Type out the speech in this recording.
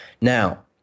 now